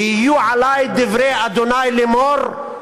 ויהיו עלי דברי ה' לאמור,